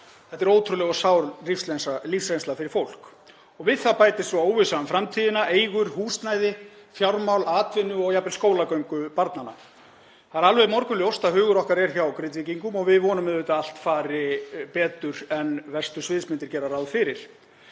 Þetta er ótrúlega sár lífsreynsla fyrir fólk. Við það bætist svo óvissa um framtíðina, eigur, húsnæði, fjármál, atvinnu og jafnvel skólagöngu barnanna. Það er alveg morgunljóst að hugur okkar er hjá Grindvíkingum og við vonum auðvitað að allt fari betur en verstu sviðsmyndir gera ráð fyrir.